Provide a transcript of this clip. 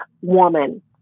woman